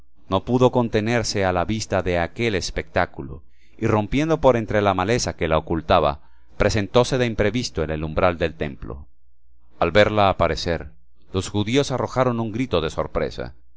no pudo contenerse a la vista de aquel espectáculo y rompiendo por entre la maleza que la ocultaba presentóse de imprevisto en el umbral del templo al verla aparecer los judíos arrojaron un grito de sorpresa